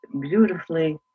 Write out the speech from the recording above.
beautifully